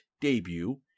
debut